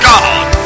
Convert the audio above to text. God